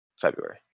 February